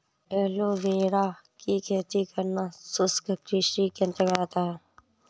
aloe vera की खेती करना शुष्क कृषि के अंतर्गत आता है